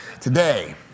today